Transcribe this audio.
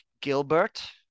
Gilbert